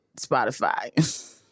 Spotify